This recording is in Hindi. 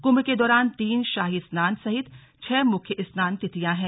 कुम्भ के दौरान तीन शाही स्नान सहित छह मुख्य स्नान तिथियां हैं